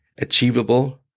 achievable